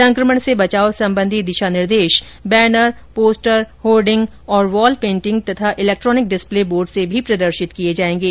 संकमण से बचाव संबंधी दिशा निर्देश बैनर पोस्टर होर्डिंग और वॉल पेंटिंग तथा इलेक्ट्रॉनिक डिस्पले बोर्ड से भी प्रदर्शित किए जाएंगे